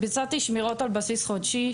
ביצעתי שמירות על בסיס חודשי,